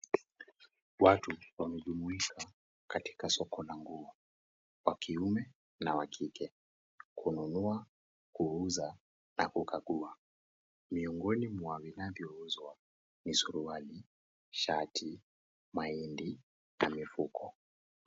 Watu wamejumuisha katika soko la nguo wakiume na wa kike, kununua, kuuza, na kukagua. Miongoni mwa vinavyouzwa ni suruali, shati, mahindi, na mifuko.